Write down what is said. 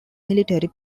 military